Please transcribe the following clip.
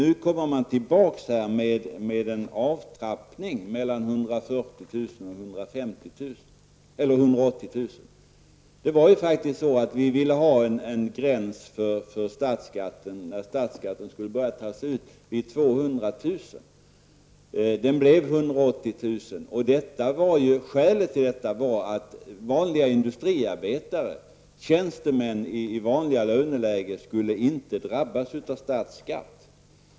Nu kommer man tillbaka med en avtrappning mellan 140 000 Vi ville faktiskt ha en gräns för statsskatten och att den skulle börja tas ut vid 200 000. Det blev 180 000. Skälet var att vanliga industriarbetare och tjänstemän i vanliga lönelägen inte skulle drabbas av statsskatt.